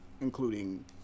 including